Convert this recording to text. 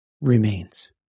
remains